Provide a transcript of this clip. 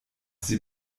sie